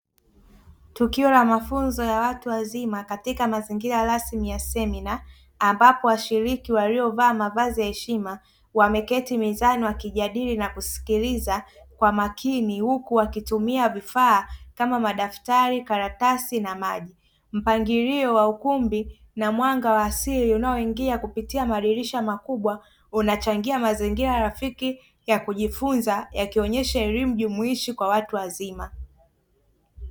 Tukio la mafunzo ya watu wazima katika mazingira rasmi ya semina, ambapo washiriki waliovaa mavazi ya heshima wameketi mezani wakijadili na kusikiliza kwa makini huku wakitumia vifaa kama madaftari, karatasi na maji. Mpangilio wa ukumbi na mwanga wa asili unaoingia kupitia madirisha makubwa unachangia mazingira rafiki ya kujifunza yakionyesha elimu jumuishi kwa watu wazima.